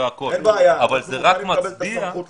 אין בעיה אבל אנחנו רוצים לקבל את הסמכות לרישוי.